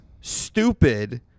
stupid